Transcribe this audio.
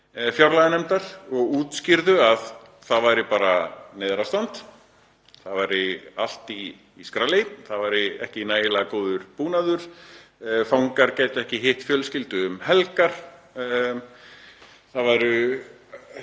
fjárlaganefndar og útskýrðu að það væri bara neyðarástand, það væri allt í skralli, það væri ekki nægilega góður búnaður. Fangar gætu ekki hitt fjölskyldur sínar um helgar, það væru